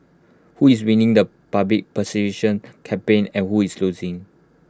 who is winning the public perception campaign and who is losing